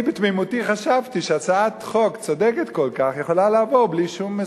ואני בתמימותי חשבתי שהצעת חוק צודקת כל כך יכולה לעבור בלי שום משוכה.